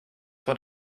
what